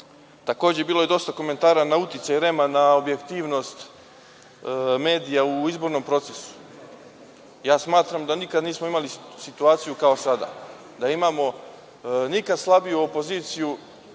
REM-u. Takođe, bilo je dosta komentara na uticaj REM-a na objektivnost medija u izbornom procesu. Ja smatram da nikad nismo imali situaciju kao sada, da imamo nikad slabiju opoziciju